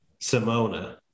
Simona